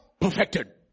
Perfected